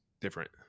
different